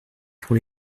pour